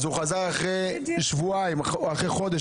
אז הוא חזר אחרי שבועיים או אחרי חודש,